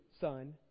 Son